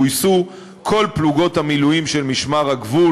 גויסו כל פלוגות המילואים של משמר הגבול,